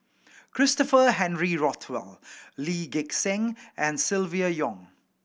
Christopher Henry Rothwell Lee Gek Seng and Silvia Yong